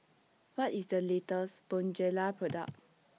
What IS The latest Bonjela Product